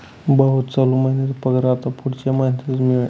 भाऊ, चालू महिन्याचा पगार आता पुढच्या महिन्यातच मिळेल